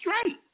straight